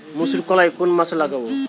মুসুর কলাই কোন মাসে লাগাব?